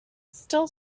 still